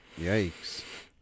yikes